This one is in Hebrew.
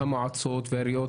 המועצות והעיריות,